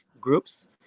groups